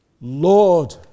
Lord